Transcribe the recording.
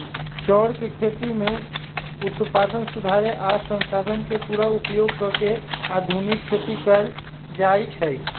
चौर के खेती में उत्पादन सुधारे आ संसाधन के पुरा उपयोग क के आधुनिक खेती कएल जाए छै